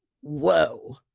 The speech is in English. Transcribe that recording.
Whoa